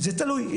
זה תלוי.